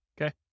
Okay